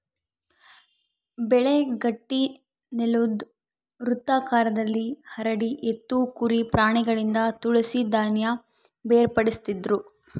ಬೆಳೆ ಗಟ್ಟಿನೆಲುದ್ ವೃತ್ತಾಕಾರದಲ್ಲಿ ಹರಡಿ ಎತ್ತು ಕುರಿ ಪ್ರಾಣಿಗಳಿಂದ ತುಳಿಸಿ ಧಾನ್ಯ ಬೇರ್ಪಡಿಸ್ತಿದ್ರು